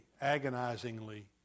agonizingly